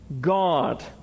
God